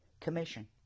Commission